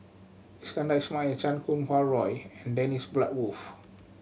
Iskandar Ismail Chan Kum Wah Roy and Dennis Bloodworth